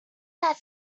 that